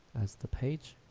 as the page